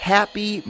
Happy